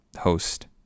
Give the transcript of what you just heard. host